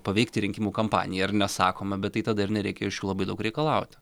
paveikti rinkimų kampaniją ar ne sakoma bet tai tada ir nereikia iš jų labai daug reikalaut